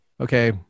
Okay